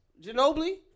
Ginobili